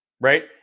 right